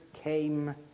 came